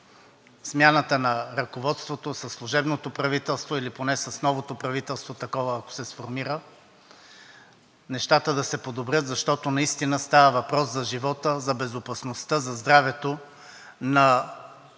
смяната на ръководството – със служебното правителство, или поне с новото правителство, ако такова се сформира, нещата да се подобрят, защото наистина става въпрос за живота, за безопасността, за здравето на